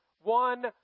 one